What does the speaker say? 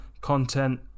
content